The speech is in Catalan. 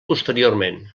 posteriorment